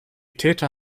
täter